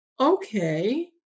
Okay